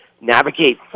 navigate